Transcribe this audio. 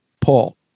Paul